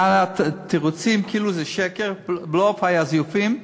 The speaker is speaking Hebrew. יאללה, תירוצים, כאילו זה שקר, בלוף, היו זיופים.